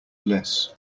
bliss